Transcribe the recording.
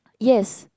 yes